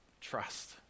trust